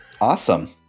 awesome